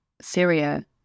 Syria